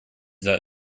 that